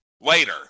later